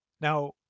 Now